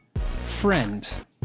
friend